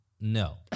No